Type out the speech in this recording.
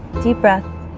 deep breath